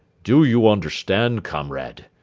do you understand, comrade,